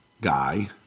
guy